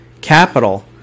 capital